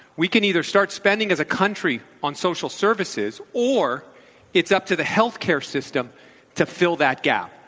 we can either start spending as a country on social services, or it's up to the healthcare system to fill that gap.